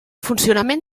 funcionament